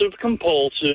compulsive